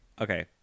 Okay